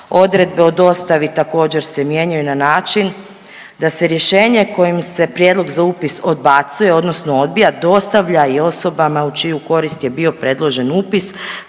odredbe o dostavi također se mijenjaju na način da se rješenje kojim se prijedlog za upis odbacuje odnosno odbija dostavlja i osobama u čiju korist je bio predložen upis